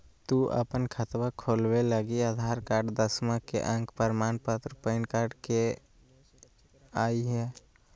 तू अपन खतवा खोलवे लागी आधार कार्ड, दसवां के अक प्रमाण पत्र, पैन कार्ड ले के अइह